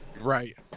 Right